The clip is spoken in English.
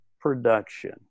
Production